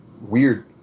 weird